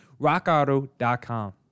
RockAuto.com